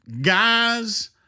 guys